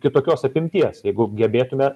kitokios apimties jeigu gebėtume